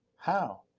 how.